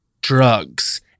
drugs